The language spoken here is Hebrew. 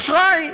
אשראי,